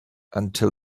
until